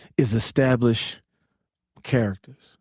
is establish characters.